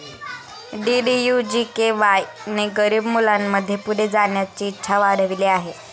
DDU GKY ने गरीब मुलांमध्ये पुढे जाण्याची इच्छा वाढविली आहे